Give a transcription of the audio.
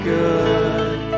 good